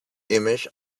image